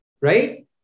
right